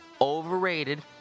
Overrated